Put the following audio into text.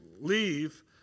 leave